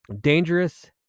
Dangerous